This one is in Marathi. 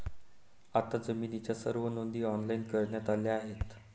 आता जमिनीच्या सर्व नोंदी ऑनलाइन करण्यात आल्या आहेत